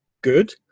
good